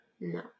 No